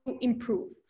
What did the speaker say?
improve